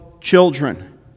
children